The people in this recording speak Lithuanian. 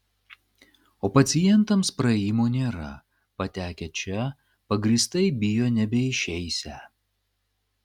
o pacientams praėjimo nėra patekę čia pagrįstai bijo nebeišeisią